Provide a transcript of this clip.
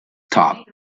top